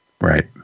Right